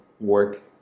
work